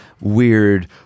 weird